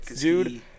Dude